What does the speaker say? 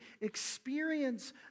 experience